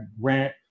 rent